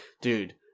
Dude